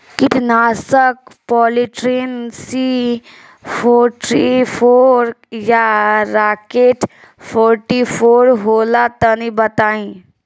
कीटनाशक Polytrin C forty four या rocket forty four होला तनि बताई?